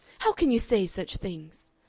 how can you say such things?